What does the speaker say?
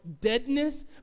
deadness